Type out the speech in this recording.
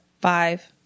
five